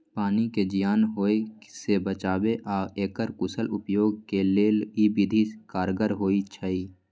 पानी के जीयान होय से बचाबे आऽ एकर कुशल उपयोग के लेल इ विधि कारगर होइ छइ